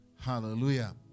Hallelujah